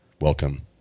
welcome